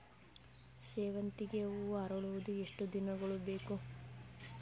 ಸೇವಂತಿಗೆ ಹೂವು ಅರಳುವುದು ಎಷ್ಟು ದಿನಗಳು ಬೇಕು?